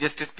justice P